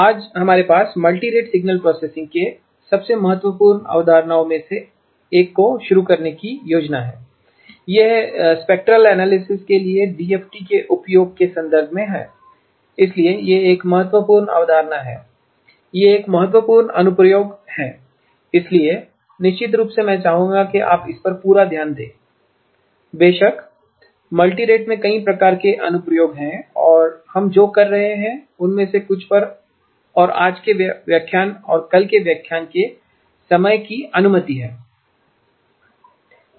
आज हमारे पास मल्टीरेट सिग्नल प्रोसेसिंग की सबसे महत्वपूर्ण अवधारणाओं में से एक को शुरू करने की योजना हैं यह स्पेक्ट्रल एनालिसिस के लिए डीएफटी के उपयोग के संदर्भ में है इसलिए यह एक महत्वपूर्ण अवधारणा है यह एक महत्वपूर्ण अनुप्रयोग है इसलिए निश्चित रूप से मैं चाहूंगा कि आप इस पर पूरा ध्यान दें बेशक मल्टीरेट के कई प्रकार के अनुप्रयोग हैं और हम जो कर रहे हैं उनमें से कुछ पर और आज के व्याख्यान और कल के व्याख्यान के समय की अनुमति है